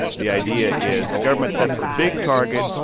the idea is the government sets the big target,